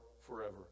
forever